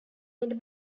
made